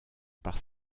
par